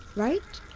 right?